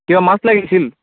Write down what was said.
কিয় মাছ লাগিছিল